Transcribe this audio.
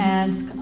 ask